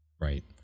Right